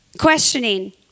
questioning